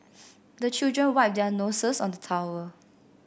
the children wipe their noses on the towel